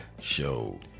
show